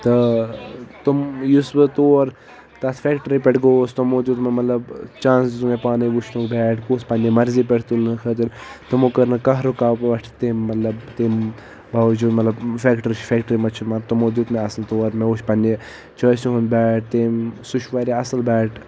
تہٕ تِم یُس بہ تور تتھ فیٚکٹری پٮ۪ٹھ گوس تمو دیُت مےٚ مطلب چانس دیُت مےٚ پانَے وِچھنُک بیٹ کُس پننہِ مرضی پٮ۪ٹھ تُلنہٕ خٲطرٕ تِمو کٔر نہ کانہہ رُکاوٹھ تِم مطلب تمہِ باوجود مطلب فیٚکٹری چھ فیٚکٹری منٛز چھ تِمو دیُت مےٚ اژنہ تور مےٚ وٕچھ پننہ ہُنٛد بیٹ تہ سُہ چھ واریا اصل بیٹ